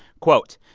quote,